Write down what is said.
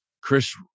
Chris